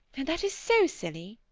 and that is so silly.